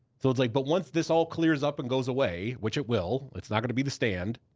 so it's like, but once this all clears up and goes away, which it will, it's not gonna be the stand.